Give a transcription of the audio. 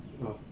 orh